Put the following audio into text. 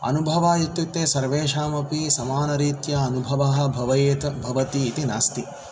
अनुभव इत्युक्ते सर्वेषामपि समानरीत्या अनुभवः भव्येत् भवति इति नास्ति